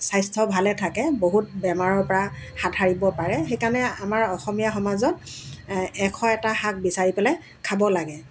স্বাস্থ্য ভালে থাকে বহুত বেমাৰৰ পৰা হাত সাৰিব পাৰে সেইকাৰণে আমাৰ অসমীয়া সমাজত এশ এটা শাক বিচাৰি পেলাই খাব লাগে